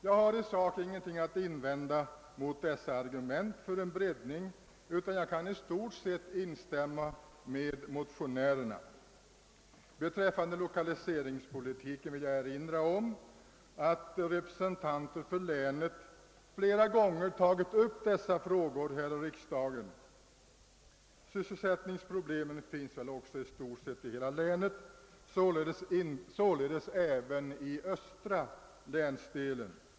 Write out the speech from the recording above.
Jag har i sak ingenting att invända mot dessa argument för en breddning utan kan i stort sett instämma med motionärerna. Beträffande <lokaliseringspolitiken vill jag erinra om att representanter för länet flera gånger tagit upp dessa frågor här i riksdagen. Sysselsättningsproblemen finns väl i stort sett i hela länet, således även i den östra länsdelen.